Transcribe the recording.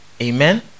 amen